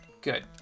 good